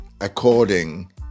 according